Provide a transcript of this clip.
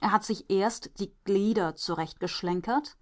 er hat sich erst die glieder zurechtgeschlenkert